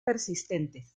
persistentes